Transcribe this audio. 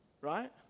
Right